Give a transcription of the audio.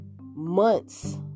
months